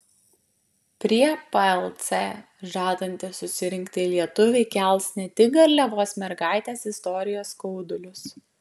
prie plc žadantys susirinkti lietuviai kels ne tik garliavos mergaitės istorijos skaudulius